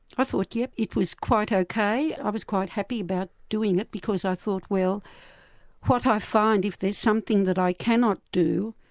i thought yep, it was quite ok, ah i was quite happy about doing it because i thought well what if i find if there's something that i cannot do,